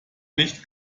nicht